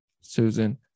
Susan